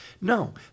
No